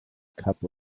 cup